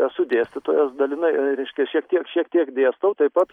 esu dėstytojas dalinai reiškia šiek tiek šiek tiek dėstau taip pat